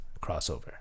crossover